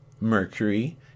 mercury